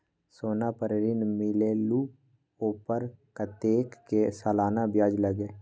सोना पर ऋण मिलेलु ओपर कतेक के सालाना ब्याज लगे?